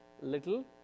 little